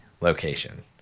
location